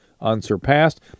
unsurpassed